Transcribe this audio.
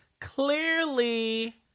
clearly